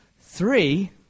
Three